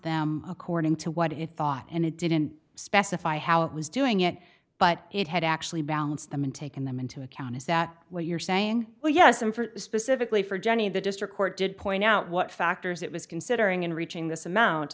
them according to what it thought and it didn't specify how it was doing it but it had actually balanced them and taken them into account is that what you're saying oh yes i'm for it specifically for johnny the district court did point out what factors it was considering in reaching this amount